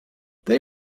they